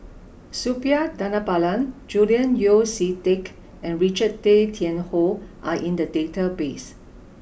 Suppiah Dhanabalan Julian Yeo See Teck and Richard Tay Tian Hoe are in the database